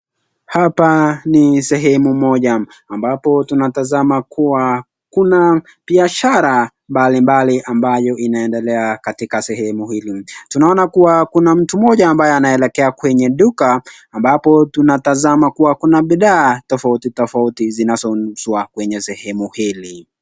Hapa ni sehemu moja ambapo tunatazama kuwa kuna biashara mbalimbali ambayo inaendelea katika sehemu hili. Tunaona kuwa kuna mtu mmoja ambaye anaelekea kwenye duka ambapo tunatazama kuwa kuna bidhaa tofauti tofauti zinazouzwa kwenye sehemu hili.